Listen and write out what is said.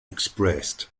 expressed